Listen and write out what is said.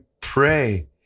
pray